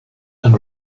and